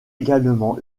également